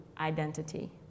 identity